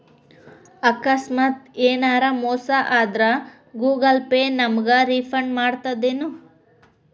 ಆಕಸ್ಮಾತ ಯೆನರ ಮೋಸ ಆದ್ರ ಗೂಗಲ ಪೇ ನಮಗ ರಿಫಂಡ್ ಮಾಡ್ತದೇನು?